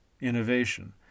innovation